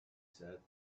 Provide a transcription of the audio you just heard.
said